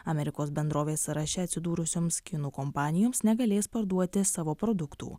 amerikos bendrovės sąraše atsidūrusioms kinų kompanijoms negalės parduoti savo produktų